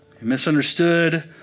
misunderstood